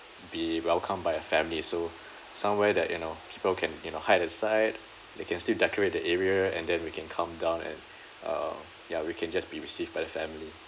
be welcomed by a family so somewhere that you know people can you know hide aside they can still decorate the area and then we can come down and uh ya we can just be received by the family